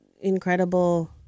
incredible